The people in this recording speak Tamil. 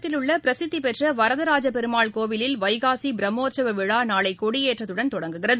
காஞ்சிபுரத்தில் உள்ள பிரசித்திபெற்ற வரதராஜபெருமாள் கோவிலில் வைகாசி பிரமோற்சவ விழா நாளை கொடியேற்றத்துடன் தொடங்குகிறது